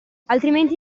altrimenti